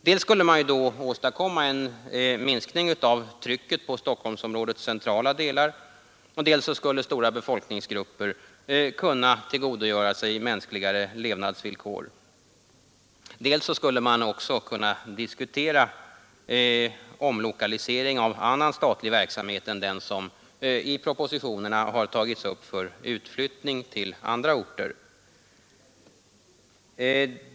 Dels skulle man då åstadkomma en minskning av trycket på Stockholmsområdets centrala delar, dels skulle stora befolkningsgrupper kunna tillgodogöra sig mänskligare levnadsvillkor, dels skulle man också kunna diskutera omlokalisering av annan statlig verksamhet än den som i propositionerna har tagits upp för utflyttning till andra orter.